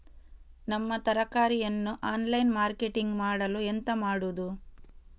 ನಮ್ಮ ತರಕಾರಿಯನ್ನು online marketing ಮಾಡಲು ಎಂತ ಮಾಡುದು?